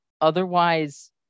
otherwise